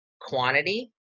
quantity